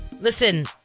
Listen